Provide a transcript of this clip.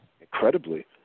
incredibly